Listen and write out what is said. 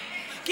איילת,